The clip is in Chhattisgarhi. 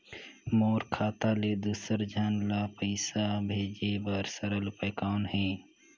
मोर खाता ले दुसर झन ल पईसा भेजे बर सरल उपाय कौन हे?